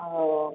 औ